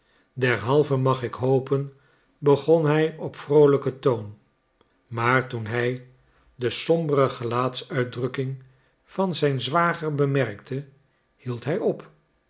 derhalve ik mag hopen begon hij op vroolijken toon maar toen hij de sombere gelaatsuitdrukking van zijn zwager bemerkte hield hij op